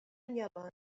اليابان